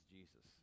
Jesus